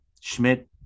Schmidt